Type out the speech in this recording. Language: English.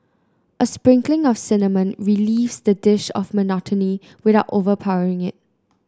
a sprinkling of cinnamon relieves the dish of monotony without overpowering it